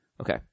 Okay